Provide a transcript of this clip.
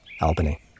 Albany